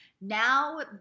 now